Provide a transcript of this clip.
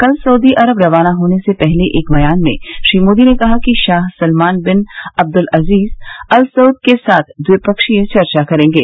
कल Saudi Arab रवाना होने से पहले एक बयान में श्री मोदी ने कहा कि Shah Salman bin Abdul Aziz Al Saud के साथ वे द्विपक्षीय चर्चा करेंगे